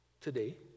today